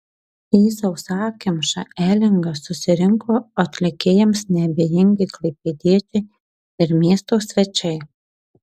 į sausakimšą elingą susirinko atlikėjams neabejingi klaipėdiečiai ir miesto svečiai